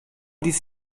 dies